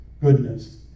goodness